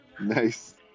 Nice